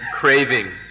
craving